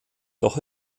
doch